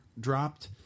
dropped